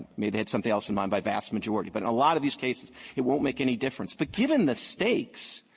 they had something else in mind by vast majority. but in a lot of these cases, it won't make any differences. but given the stakes,